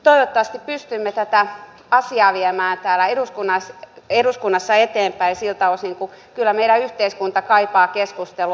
toivottavasti pystymme tätä asiaa viemään täällä eduskunnassa eteenpäin siltä osin koska kyllä meidän yhteiskuntamme kaipaa keskustelua